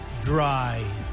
dry